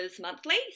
monthly